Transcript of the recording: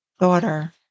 daughter